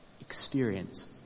Experience